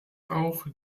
auch